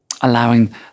allowing